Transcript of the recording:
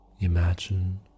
Imagine